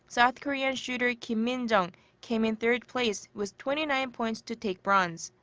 south korean shooter kim min-jung came in third place with twenty nine points to take bronze.